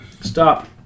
Stop